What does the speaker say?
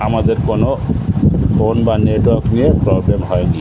আমাদের কোনো ফোন বা নেটওয়ার্ক নিয়ে প্রবলেম হয় নি